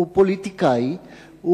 הוא פוליטיקאי,